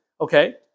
okay